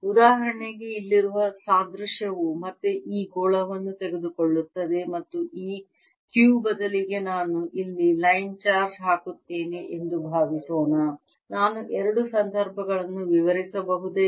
ಉದಾಹರಣೆಗೆ ಇಲ್ಲಿರುವ ಸಾದೃಶ್ಯವು ಮತ್ತೆ ಈ ಗೋಳವನ್ನು ತೆಗೆದುಕೊಳ್ಳುತ್ತದೆ ಮತ್ತು ಈ Q ಬದಲಿಗೆ ನಾನು ಇಲ್ಲಿ ಲೈನ್ ಚಾರ್ಜ್ ಹಾಕುತ್ತೇನೆ ಎಂದು ಭಾವಿಸೋಣ ನಾನು ಎರಡು ಸಂದರ್ಭಗಳನ್ನು ವಿವರಿಸಬಹುದೇ